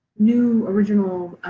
new original